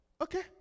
Okay